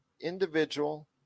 individual